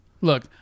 Look